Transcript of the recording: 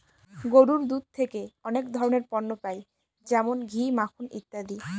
গরুর দুধ থেকে অনেক ধরনের পণ্য পাই যেমন ঘি, মাখন ইত্যাদি